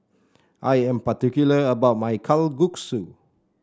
I am particular about my Kalguksu